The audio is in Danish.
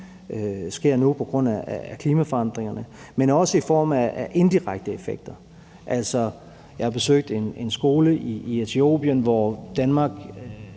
sker nu på grund af klimaforandringerne, men også i form af indirekte effekter. Jeg har besøgt en skole i Etiopien, hvor Danmark